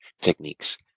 techniques